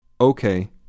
Okay